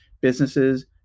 businesses